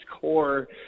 core